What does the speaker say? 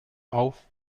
auf